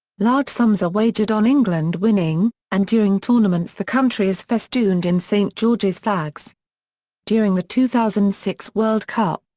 large sums are wagered on england winning, and during tournaments the country is festooned in st george's flags during the two thousand and six world cup,